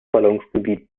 ballungsgebiet